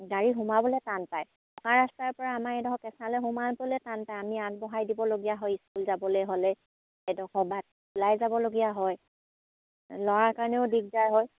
গাড়ী সোমাবলৈ টান পায় পকা ৰাস্তাৰ পৰা আমাৰ এইডোখৰ কেঁচালৈ সোমাবলৈ টান পায় আমি আগবঢ়াই দিবলগীয়া হয় স্কুল যাবলৈ হ'লে এডোখৰ বাট ওলাই যাবলগীয়া হয় ল'ৰা কাৰণেও দিগদাৰ হয়